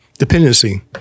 Dependency